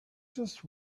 just